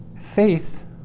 Faith